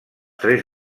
tres